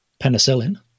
penicillin